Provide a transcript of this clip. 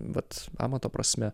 vat amato prasme